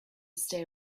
stay